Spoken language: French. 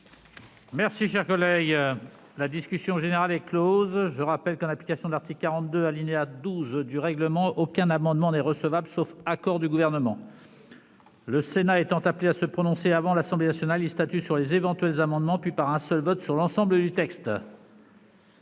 texte élaboré par la commission mixte paritaire. Je rappelle que, en application de l'article 42, alinéa 12, du règlement, aucun amendement n'est recevable, sauf accord du Gouvernement ; en outre, le Sénat étant appelé à se prononcer avant l'Assemblée nationale, il statue sur les éventuels amendements, puis, par un seul vote, sur l'ensemble du texte.